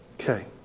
Okay